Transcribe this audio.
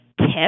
tip